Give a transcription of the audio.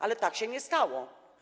Ale tak się nie stało.